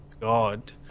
God